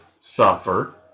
suffer